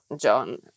John